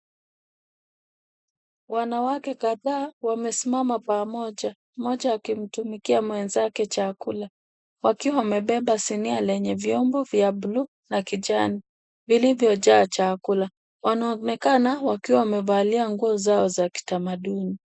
Wanawake kadhaa wamesimama pamoja mmoja anamtumikia mwenzake chakula akiwa amebeba sinia lenye vyombo vya buluu na kijani zilizojaa chakula. Wanaonekana wakiw wamevalia nguo zao za kitamaduni